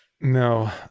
No